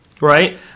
right